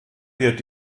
wird